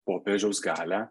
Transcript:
popiežiaus galią